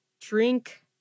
drink